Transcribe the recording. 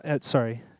Sorry